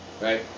right